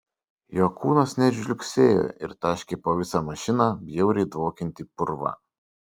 jo kūnas net žliugsėjo ir taškė po visą mašiną bjauriai dvokiantį purvą